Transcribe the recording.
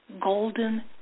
golden